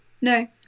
No